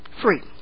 free